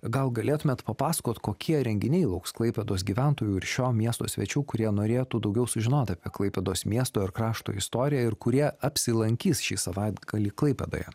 gal galėtumėt papasakot kokie renginiai lauks klaipėdos gyventojų ir šio miesto svečių kurie norėtų daugiau sužinot apie klaipėdos miesto ir krašto istoriją ir kurie apsilankys šį savaitgalį klaipėdoje